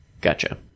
Gotcha